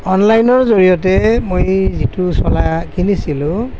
অনলাইনৰ জৰিয়তে মই যিটো চোলা কিনিছিলোঁ